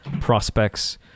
prospects